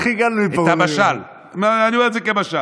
איך הגענו, אני אומר את זה כמשל.